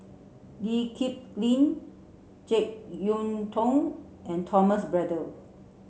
Lee Kip Lin Jek Yeun Thong and Thomas Braddell